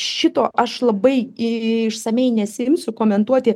šito aš labai išsamiai nesiimsiu komentuoti